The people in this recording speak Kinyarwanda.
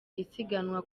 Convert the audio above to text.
isiganwa